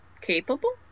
capable